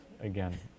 again